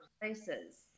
places